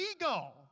ego